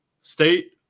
state